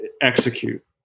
Execute